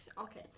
Okay